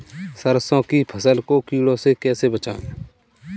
सरसों की फसल को कीड़ों से कैसे बचाएँ?